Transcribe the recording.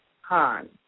Han